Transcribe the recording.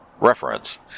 reference